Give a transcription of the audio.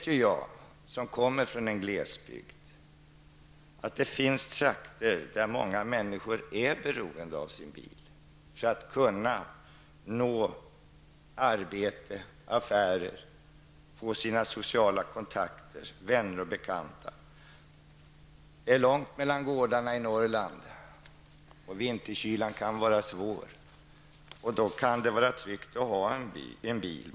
Jag som kommer från en glesbygd vet att det finns trakter där många människor är beroende av sin bil för att kunna nå arbete och affärer samt få sociala kontakter med vänner och bekanta. Det är långt mellan gårdarna i Norrland, och vinterkylan kan vara svår. Då kan det många gånger vara tryggt att ha en bil.